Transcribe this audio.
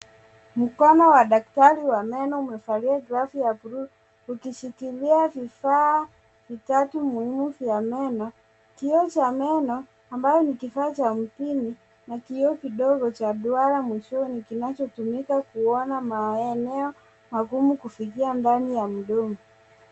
Mkono wa daktari wa meno, umevalia glavu ya bluu ikishikilia vifaa vitatu muhimu vya meno, kioo cha meno, ambayo ni kifaa cha mpini na kioo kidogo cha duara mwishoni kinachotumika kuona maeneo magumu kufikia ndani ya mdomo.